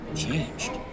changed